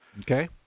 Okay